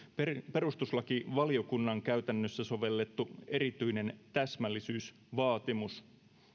perustuslakivaliokunnan käytännössä sovellettu erityinen täsmällisyysvaatimus